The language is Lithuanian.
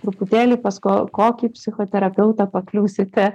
truputėlį pas ko kokį psichoterapeutą pakliūsite